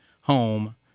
home